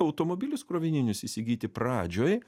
automobilius krovininius įsigyti pradžioj